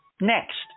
next